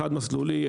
חד מסלוליים,